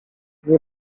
nie